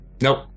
Nope